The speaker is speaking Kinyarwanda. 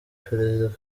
perezida